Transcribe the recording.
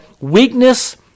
weakness